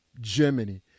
Germany